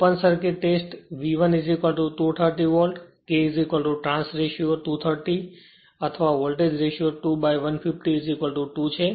open circuit test V1 230વોલ્ટK trans ratio 230 અથવા voltage ratio 2 by 150 2 છે